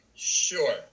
Sure